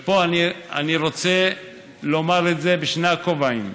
ופה אני רוצה לומר בשני הכובעים,